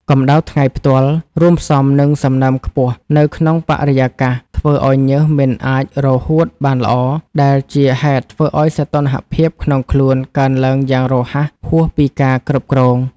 កម្ដៅថ្ងៃផ្ទាល់ រួមផ្សំនឹងសំណើមខ្ពស់នៅក្នុងបរិយាកាស ធ្វើឱ្យញើសមិនអាចរហួតបានល្អ ដែលជាហេតុធ្វើឱ្យសីតុណ្ហភាពក្នុងខ្លួនកើនឡើងយ៉ាងរហ័សហួសពីការគ្រប់គ្រង។